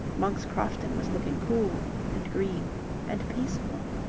monk's crofton was looking cool and green and peaceful.